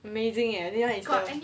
amazing eh